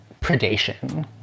predation